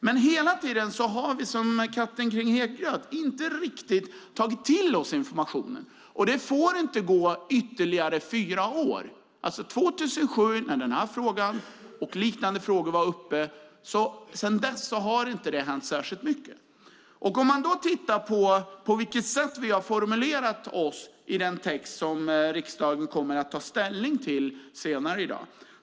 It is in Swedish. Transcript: Men vi har inte riktigt, som katten kring het gröt, tagit till oss informationen. Det får inte gå ytterligare fyra år. Sedan 2007 då den här frågan och liknande frågor var uppe har det inte hänt särskilt mycket. På vilket sätt har vi då formulerat oss i den text som riksdagen kommer att ta ställning till senare i dag?